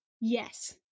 Yes